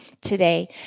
today